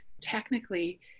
technically